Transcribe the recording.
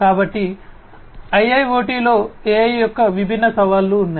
కాబట్టి IIoT లో AI యొక్క విభిన్న సవాళ్లు ఉన్నాయి